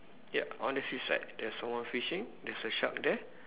ya on the seaside there's someone fishing there's a shark there